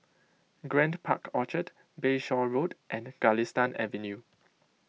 Grand Park Orchard Bayshore Road and Galistan Avenue